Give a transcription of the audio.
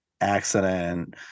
accident